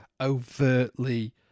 overtly